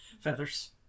Feathers